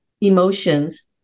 emotions